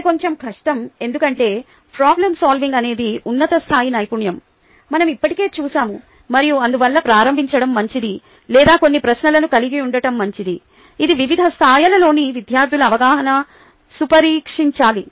ఇది కొంచెం కష్టం ఎందుకంటే ప్రోబ్లెమ్ సాల్వింగ్ అనేది ఉన్నత స్థాయి నైపుణ్యం మనం ఇప్పటికే చూశాము మరియు అందువల్ల ప్రారంభించడం మంచిది లేదా కొన్ని ప్రశ్నలను కలిగి ఉండటం మంచిది ఇది వివిధ స్థాయిలలోని విద్యార్థుల అవగాహనను పరీక్షించాలి